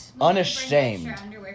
Unashamed